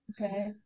Okay